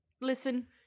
Listen